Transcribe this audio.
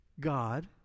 God